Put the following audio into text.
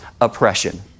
oppression